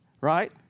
right